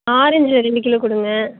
ஆரெஞ்ச்சில் ரெண்டு கிலோ கொடுங்க